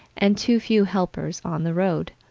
and too few helpers on the road,